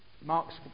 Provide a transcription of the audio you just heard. Mark's